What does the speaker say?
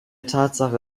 tatsache